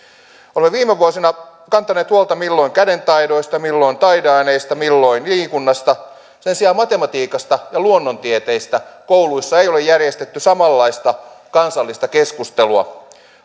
olemme viime vuosina kantaneet huolta milloin kädentaidoista milloin taideaineista milloin liikunnasta sen sijaan matematiikasta ja luonnontieteistä kouluissa ei ole järjestetty samanlaista kansallista keskustelua